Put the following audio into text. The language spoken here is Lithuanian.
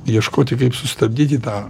ieškoti kaip sustabdyti tą